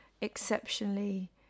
exceptionally